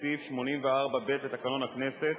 לפי סעיף 84(ב) לתקנון הכנסת,